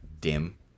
dim